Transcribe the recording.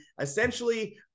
essentially